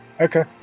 okay